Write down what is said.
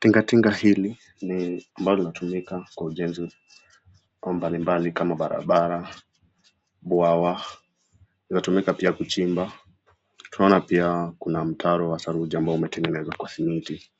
Tinga tinga hili ni ambalo linatumika kwa ujenzi mbali mbali kama barabara, bwawa, linatumika pia kuchimba. Tunaona pia kuna mtaro wa saruji ambao umetengenezwa kwa simiti.